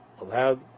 allowed